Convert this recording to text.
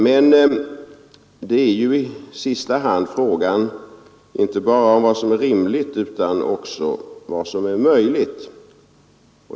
Men det är ju i sista hand fråga inte bara om vad som är rimligt utan också om vad som är möjligt.